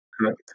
Correct